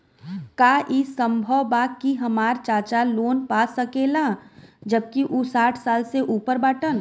का ई संभव बा कि हमार चाचा लोन पा सकेला जबकि उ साठ साल से ऊपर बाटन?